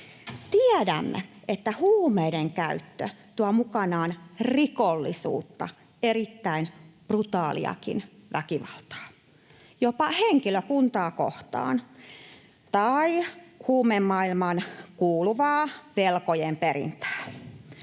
Tiedämme, että huumeiden käyttö tuo mukanaan rikollisuutta ja erittäin brutaaliakin väkivaltaa, jopa henkilökuntaa kohtaan, tai huumemaailmaan kuuluvaa velkojenperintää.